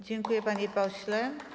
Dziękuję, panie pośle.